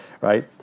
Right